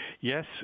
yes